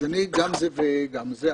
אם כן, אני גם זה וגם זה.